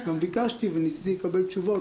גם ביקשתי וניסיתי לקבל תשובות.